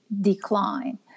decline